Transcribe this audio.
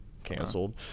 canceled